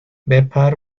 بپر